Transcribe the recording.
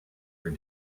your